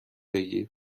بگیر